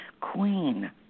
queen